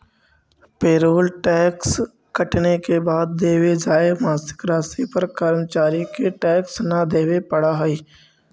payroll tax कटने के बाद देवे जाए मासिक राशि पर कर्मचारि के टैक्स न देवे पड़ा हई